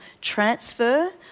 transfer